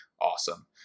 awesome